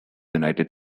united